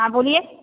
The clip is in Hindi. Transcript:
हाँ बोलिए